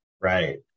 Right